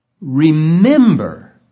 Remember